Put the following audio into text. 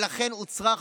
לכן הוצרכנו.